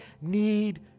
need